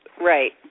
Right